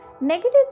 Negative